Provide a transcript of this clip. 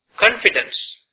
Confidence